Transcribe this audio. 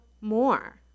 more